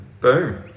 boom